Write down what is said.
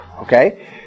okay